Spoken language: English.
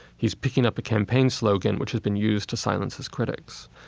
he's picking up a campaign slogan, which has been used to silence his critics.